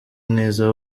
mwiza